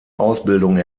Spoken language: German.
ausbildung